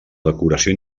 decoració